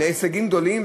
להישגים גדולים,